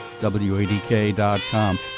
WADK.com